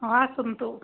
ହଁ ଆସନ୍ତୁ